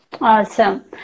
Awesome